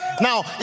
Now